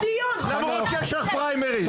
למרות שיש לך פריימריז.